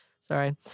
sorry